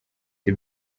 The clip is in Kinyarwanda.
the